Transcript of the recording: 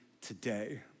today